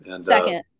Second